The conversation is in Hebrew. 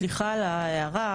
סליחה על ההערה,